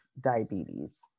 diabetes